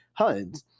HUDs